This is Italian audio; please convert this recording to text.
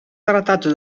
trattato